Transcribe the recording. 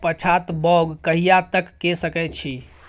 पछात बौग कहिया तक के सकै छी?